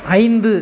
ஐந்து